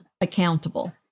accountable